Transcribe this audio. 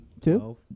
Two